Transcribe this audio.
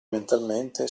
mentalmente